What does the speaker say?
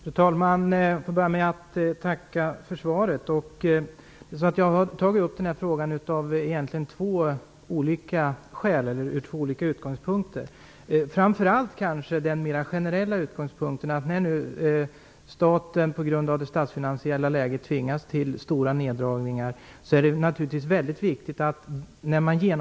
Fru talman! Jag får börja med att tacka för svaret. Jag har ställt frågan utifrån två olika utgångspunkter, framför allt kanske den mer generella utgångspunkten, att det är viktigt med samordning när nu staten på grund av det statsfinansiella läget tvingas att genomföra stora neddragningar.